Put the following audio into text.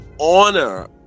honor